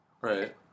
Right